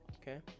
okay